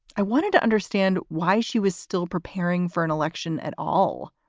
i wanted to understand why she was still preparing for an election at all.